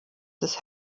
des